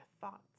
thoughts